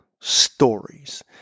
stories